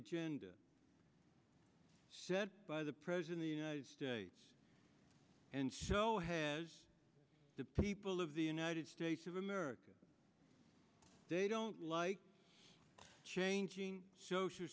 agenda said by the press in the united states and so has the people of the united states of america they don't like changing social